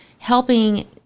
Helping